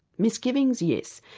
misgivings, yes,